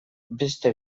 beste